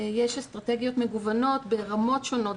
יש אסטרטגיות מגוונות ברמות שונות,